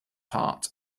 part